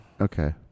Okay